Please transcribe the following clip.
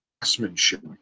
craftsmanship